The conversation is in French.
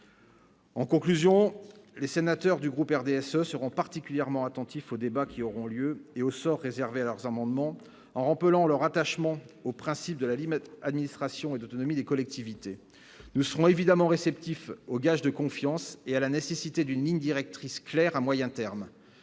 En conclusion, les sénateurs du groupe RDSE seront particulièrement attentifs aux débats qui auront lieu et au sort réservé à leurs amendements en en leur attachement au principe de la limite, administrations et d'autonomie des collectivités, nous serons évidemment réceptifs aux gage de confiance et à la nécessité d'une ligne directrice claire à moyen terme,